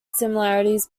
similarities